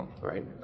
right